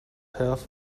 half